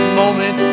moment